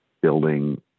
building